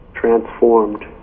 transformed